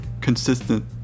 consistent